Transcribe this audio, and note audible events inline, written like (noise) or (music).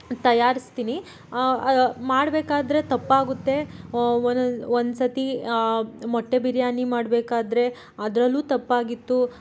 ತಯಾರಿಸ್ತೀನಿ (unintelligible) ಮಾಡಬೇಕಾದ್ರೆ ತಪ್ಪಾಗುತ್ತೆ ಓ ಒಂದೊಂದು ಒಂದು ಸತಿ ಮೊಟ್ಟೆ ಬಿರಿಯಾನಿ ಮಾಡಬೇಕಾದ್ರೆ ಅದರಲ್ಲೂ ತಪ್ಪಾಗಿತ್ತು